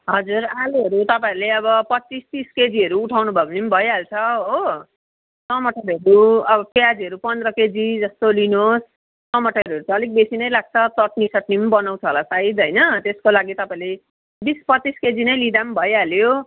हजुर आलुहरू तपाईँहरूले अब पच्चिस तिस केजीहरू उठाउनुभयो भने पनि भइहाल्छ हो टमाटरहरू अब प्याजहरू पन्ध्र केजी जस्तो लिनुहोस् टमाटरहरू त अलिक बेसी नै लाग्छ चटनीसटनी पनि बनाउँछ होला सायद होइन त्यससको लागि तपाईँहरू बिस पच्चिस केजी नै लिँदा पनि भइहाल्यो